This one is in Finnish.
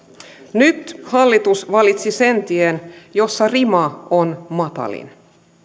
nyt hallitus valitsi sen tien jossa rima on matalin